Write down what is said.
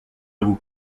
vous